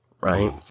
right